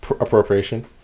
appropriation